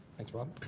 thanks rob.